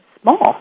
small